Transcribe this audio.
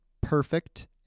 perfect